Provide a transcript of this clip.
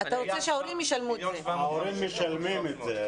אתה רוצה שההורים ישלמו את זה.